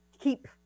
keep